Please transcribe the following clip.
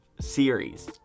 series